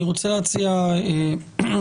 אני רוצה להציע לעינת,